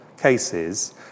cases